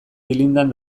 dilindan